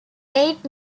eighth